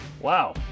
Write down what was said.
Wow